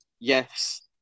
yes